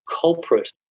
culprit